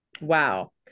Wow